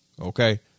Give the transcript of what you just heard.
okay